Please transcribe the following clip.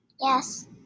yes